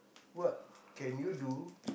what can you do